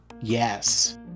Yes